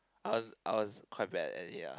I was I was quite bad at it lah